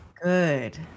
Good